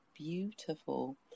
Beautiful